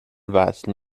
وصل